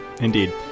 indeed